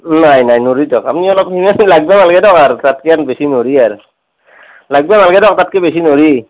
নাই নাই নৰি দিয়ক আপ্নি অলপ নিয়ে আছে লাগবা নাল্গে আৰু তাতকে বেছি নৰি আৰু লাগবা নাল্গে দিয়ক তাতকৈ বেছি নোৱাৰি আৰু